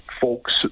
folks